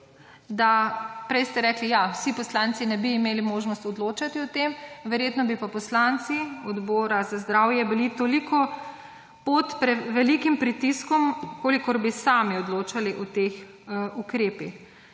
si, prej ste rekli, da vsi poslanci ne bi imeli možnosti odločati o tem, verjetno pa bi bili poslanci Odbora za zdravje pod prevelikim pritiskom, če bi sami odločali o teh ukrepih.